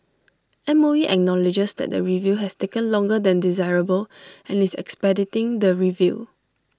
M O E acknowledges that the review has taken longer than desirable and is expediting the review